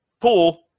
pool